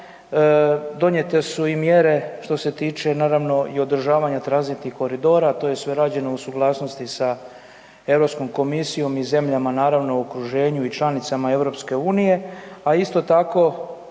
donijete su i mjere što se tiče naravno i održavanja tranzitnih koridora, to je sve rađeno u suglasnosti sa EU komisijom i zemljama, naravno u okruženju i članicama EU, a isto tako,